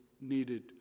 needed